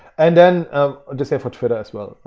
and then this here for twitter as well.